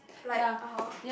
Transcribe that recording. like (aha)